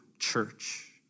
church